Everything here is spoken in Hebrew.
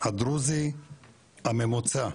הדרוזי הממוצע,